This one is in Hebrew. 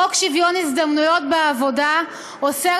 חוק שוויון ההזדמנויות בעבודה אוסר